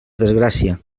desgràcia